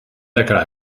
lekker